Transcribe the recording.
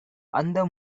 அந்த